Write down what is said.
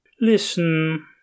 Listen